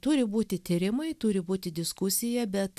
turi būti tyrimai turi būti diskusija bet